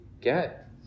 get